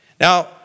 Now